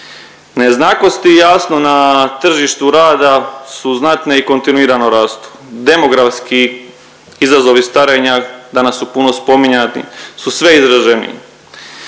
Nejednakosti jasno na tržištu rada su znatne i kontinuirano rastu. Demografski izazovi starenja danas su puno spominjani su sve izraženiji